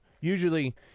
Usually